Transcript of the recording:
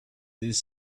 these